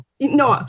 No